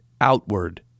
outward